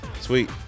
Sweet